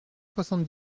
soixante